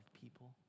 people